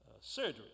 surgery